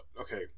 Okay